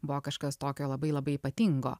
buvo kažkas tokio labai labai ypatingo